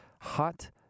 hot